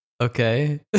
okay